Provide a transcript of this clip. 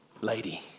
Lady